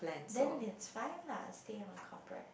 then it's fine lah stay on corporate